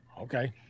Okay